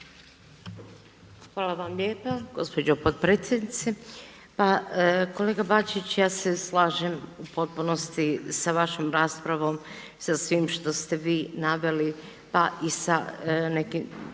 Hvala vam lijepa gospođo potpredsjednice. Pa kolega Bačić ja se slažem u potpunosti sa vašom raspravom i sa svim što ste vi naveli pa i sa nekim